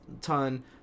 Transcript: ton